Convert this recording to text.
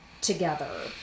together